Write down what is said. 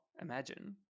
Imagine